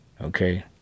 okay